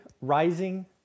rising